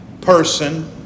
person